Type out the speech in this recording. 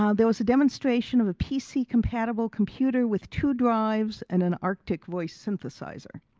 um there was a demonstration of a pc compatible computer with two drives and an artic voice synthesizer.